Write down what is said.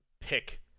pick